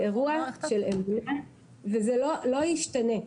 וזה לא ישתנה.